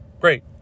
Great